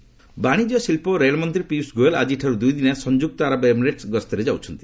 Piyush Goyal UAE ବାଶିଜ୍ୟ ଶିଳ୍ପ ଓ ରେଳମନ୍ତ୍ରୀ ପିୟୁଷ ଗୋଏଲ୍ ଆଜିଠାରୁ ଦୁଇଦିନିଆ ସଂଯୁକ୍ତ ଆରବ ଏମିରେଟ୍ସ ଗସ୍ତରେ ଯାଉଛନ୍ତି